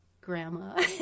grandma